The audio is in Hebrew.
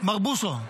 מר בוסו,